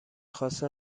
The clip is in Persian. خواسته